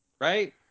Right